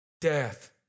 Death